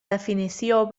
definició